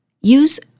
Use